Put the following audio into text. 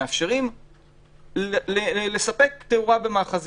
מאפשרים לספק תאורה במאחזים,